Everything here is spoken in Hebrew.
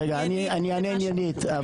אני אענה עניינית.